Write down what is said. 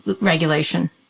regulation